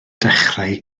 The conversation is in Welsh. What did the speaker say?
dechrau